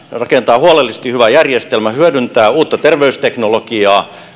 rakentaa huolellisesti hyvä järjestelmä hyödyntää uutta terveysteknologiaa